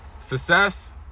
success